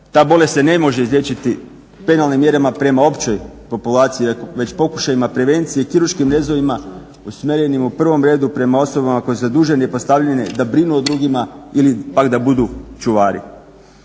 Ta bolest se ne može izliječiti penalnim mjerama prema općoj populaciji već pokušajima prevencije i kirurškim rezovima usmjerenim u prvom redu prema osobama koje su zadužene i postavljene da brinu o drugima ili pak da budu čuvari.